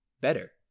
better